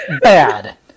bad